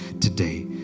today